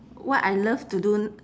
what I love to do n~